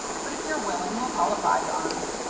but if you're willing we'll call it bygones.